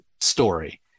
story